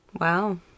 Wow